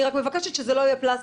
אני רק מבקשת שזה לא יהיה פלסטר,